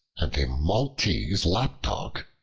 and a maltese lapdog,